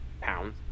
pounds